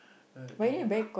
ya I do